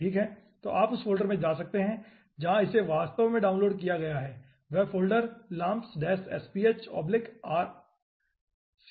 ठीक है तो आप उस फ़ोल्डर में जा सकते हैं जहां इसे वास्तव में डाउनलोड किया गया है वह फ़ोल्डर laamps sphsrc होगा